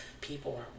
people